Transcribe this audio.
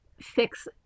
fix